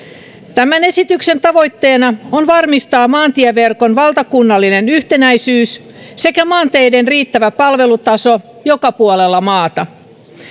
tämän esityksen tavoitteena on varmistaa maantieverkon valtakunnallinen yhtenäisyys sekä maanteiden riittävä palvelutaso joka puolella maata